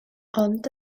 ond